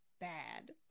Bad